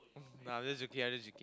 nah I'm just joking I'm just joking